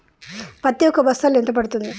పత్తి ఒక బస్తాలో ఎంత పడ్తుంది?